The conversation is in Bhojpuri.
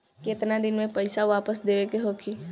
केतना दिन में पैसा वापस देवे के होखी?